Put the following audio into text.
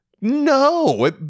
no